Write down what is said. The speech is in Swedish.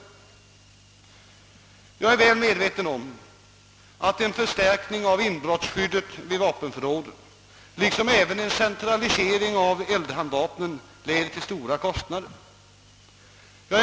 Jag är väl medveten om att en förstärkning av inbrottsskyddet vid vapenförråden liksom även en centralisering av eldhandvapnen leder till stora kostnader.